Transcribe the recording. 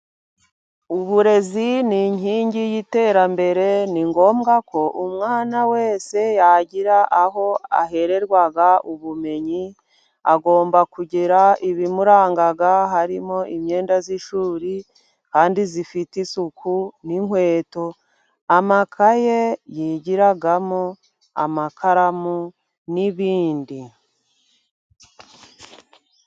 Iburezi ni inkingi y'iterambere ni ngombwa ko umwana wese yagira aho ahererwa ubumenyi agomba kugira ibimuranga harimo imyenda y'ishuri kandi zifite isuku n'inkweto, amakaye yigiramo, amakaramu n'ibindi.